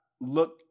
look